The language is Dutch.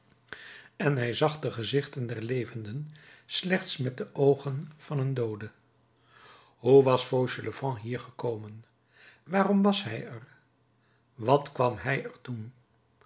en hij zag de gezichten der levenden slechts met de oogen van een doode hoe was fauchelevent hier gekomen waarom was hij er wat kwam hij er doen